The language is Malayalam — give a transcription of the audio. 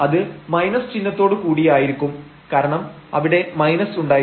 അത് മൈനസ് ചിഹ്നത്തോടുകൂടി ആയിരിക്കും കാരണം അവിടെ മൈനസ് ഉണ്ടായിരുന്നു